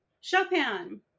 Chopin